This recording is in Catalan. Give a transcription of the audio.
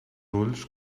ulls